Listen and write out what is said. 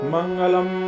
Mangalam